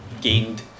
gained